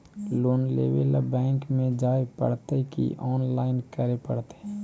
Loan लेवे ल bank में जाय पड़तै कि औनलाइन करे पड़तै?